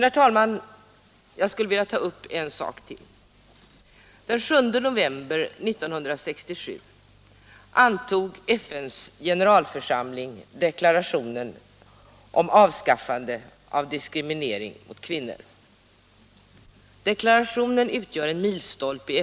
Nu har ett decennium gått, och mycket har skett, men det är också mycket som inte har förändrats.